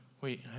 wait